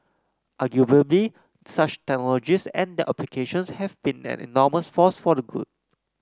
arguably such technologies and their applications have been an enormous force for the good